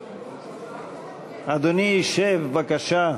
אדוני ישב בבקשה.